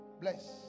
Bless